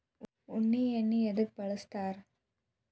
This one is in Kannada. ಉಣ್ಣಿ ಎಣ್ಣಿ ಎದ್ಕ ಬಳಸ್ತಾರ್?